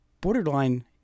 borderline